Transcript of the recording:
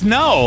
no